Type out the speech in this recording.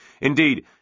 Indeed